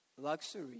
luxury